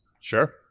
sure